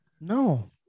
No